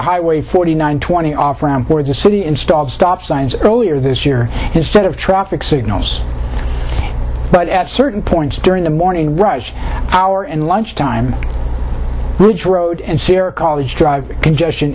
highway forty nine twenty off ramp or the city installed stop signs earlier this year instead of traffic signals but at certain points during the morning rush hour and lunch time routes road and sierra college drive congestion